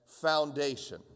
foundation